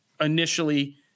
initially